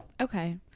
Okay